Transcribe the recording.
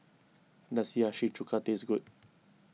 does Hiyashi Chuka taste good